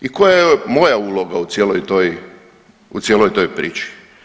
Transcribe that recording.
I koja je moja uloga u cijeloj toj priči?